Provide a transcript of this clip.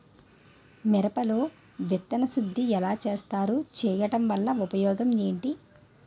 మిరప లో విత్తన శుద్ధి ఎలా చేస్తారు? చేయటం వల్ల ఉపయోగం ఏంటి?